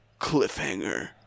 cliffhanger